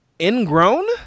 Ingrown